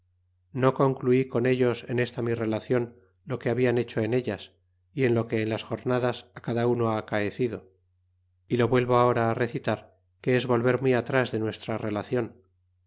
no concluí con ellos en esta mi relacion lo que habian hecho en ellas y en lo que en lasjorrmdas á cada uno ha acaecido y lo vuelvo ahora recitar que es volver muy atras de nuestra relacion